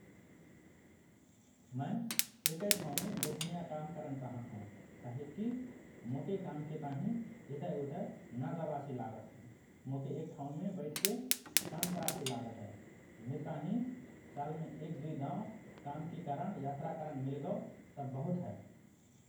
मए एकए ठाउँमे बैठनिया काम करन चाहत हओं काहेकि मोके कामके ताहिँ इतएउतए ना जबसि लागत हए । मोके एक ठाउँमे बैठके काम करासि लागत हए । मिर ताहिँ सालमे एक, दुई दाओं काम कि कारण यात्रा करन मिलगओ त बहुत हए ।